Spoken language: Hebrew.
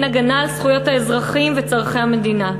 הגנה על זכויות האזרחים וצורכי המדינה.